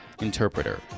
interpreter